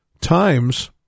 times